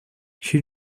she